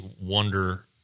wonder